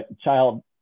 child